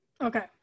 Okay